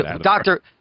doctor